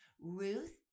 Ruth